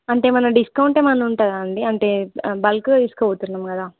అంటే ఏమైనా డిస్కౌంట్ ఏమైనా ఉంటుందా అండి అంటే బల్క్ తీసుకుని పోతున్నాం కదా